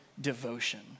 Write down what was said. devotion